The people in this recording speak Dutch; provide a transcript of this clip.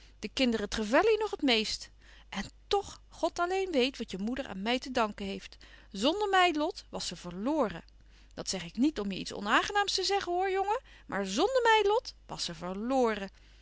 de kinderen trevelley nog het meest en toch god alleen weet wat je moeder aan mij te danken heeft zonder mij lot was ze verloren dat zeg ik niet om je iets onaangenaams te zeggen hoor jongen maar zonder mij lot was ze verloren